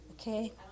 Okay